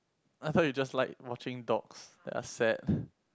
I thought you just like watching dogs that are sad